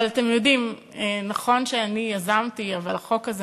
אבל, אתם יודעים, נכון שאני יזמתי, אבל החוק הזה